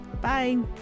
Bye